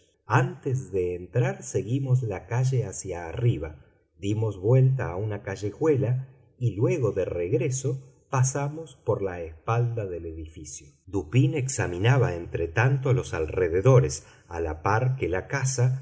antes de entrar seguimos la calle hacia arriba dimos vuelta a una callejuela y luego de regreso pasamos por la espalda del edificio dupín examinaba entretanto los alrededores a la par que la casa